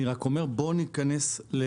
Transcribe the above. אני רק אומר, בואו ניכנס לפרופורציות.